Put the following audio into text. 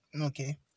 Okay